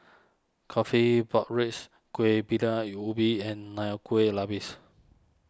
Coffee Pork Ribs Kueh Ubi and Nonya Kueh Lapis